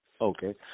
Okay